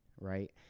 right